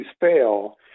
fail